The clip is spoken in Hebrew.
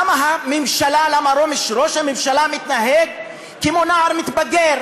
למה הממשלה למה ראש הממשלה מתנהג כמו נער מתבגר?